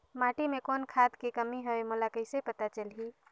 माटी मे कौन खाद के कमी हवे मोला कइसे पता चलही?